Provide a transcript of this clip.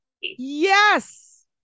Yes